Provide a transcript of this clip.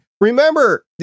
Remember